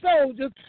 soldiers